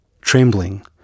trembling